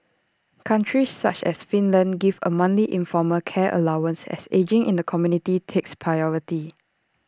countries such as Finland give A monthly informal care allowance as ageing in the community takes priority